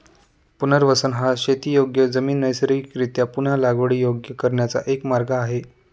पुनर्वसन हा शेतीयोग्य जमीन नैसर्गिकरीत्या पुन्हा लागवडीयोग्य करण्याचा एक मार्ग आहे